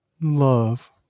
love